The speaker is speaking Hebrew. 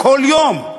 כל יום.